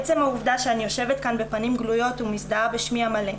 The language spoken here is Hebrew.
עצם העובדה שאני יושבת כאן בפנים גלויות ומזדהה בשמי המלא,